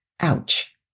Ouch